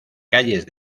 calles